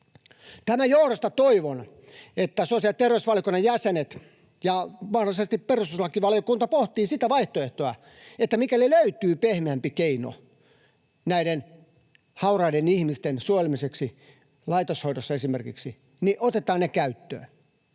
Tämän johdosta toivon, että sosiaali‑ ja terveysvaliokunnan jäsenet ja mahdollisesti perustuslakivaliokunta pohtivat sitä vaihtoehtoa, että mikäli löytyy pehmeämpi keino näiden hauraiden ihmisten suojelemiseksi esimerkiksi laitoshoidossa, niin otetaan se käyttöön.